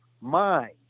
mind